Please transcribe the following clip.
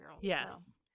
yes